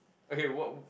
okay what w~